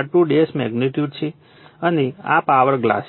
R2 magnitude છે અને આ પાવર ગ્લાસ છે